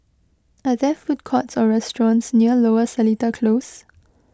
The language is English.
are there food courts or restaurants near Lower Seletar Close